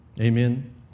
Amen